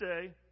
say